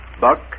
Buck